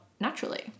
naturally